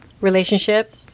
relationship